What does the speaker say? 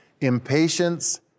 Impatience